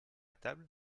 table